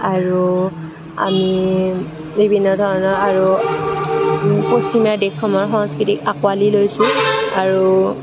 আৰু আমি বিভিন্ন ধৰণৰ আৰু পশ্চিমীয়া দেশসমূহৰ সংস্কৃতিক আঁকোৱালি লৈছোঁ আৰু